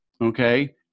okay